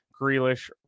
Grealish